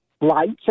lights